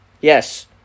Yes